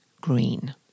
green